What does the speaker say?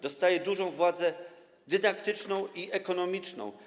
Dostaje dużą władzę dydaktyczną i ekonomiczną.